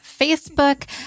Facebook